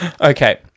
Okay